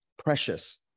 precious